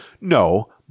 No